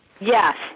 Yes